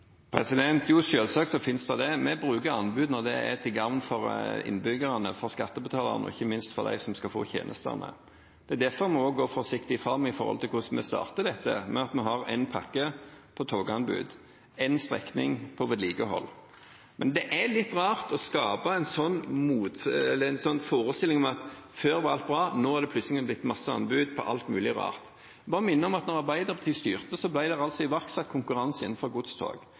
anbud? Jo, selvsagt finnes det det. Vi bruker anbud når det er til gagn for innbyggerne, for skattebetalerne og ikke minst for dem som skal få tjenestene. Det er derfor vi også går forsiktig fram med hensyn til hvordan vi starter dette, med at vi har én pakke på toganbud, én strekning på vedlikehold. Det er litt rart å skape en forestilling om at før var alt bra, men at det nå plutselig er blitt masse anbud på alt mulig rart. Jeg vil bare minne om at da Arbeiderpartiet styrte, ble det iverksatt konkurranse innenfor godstog.